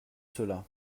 cela